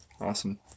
Awesome